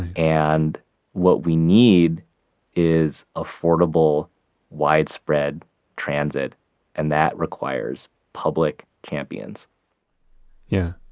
and what we need is affordable widespread transit and that requires public champions yeah,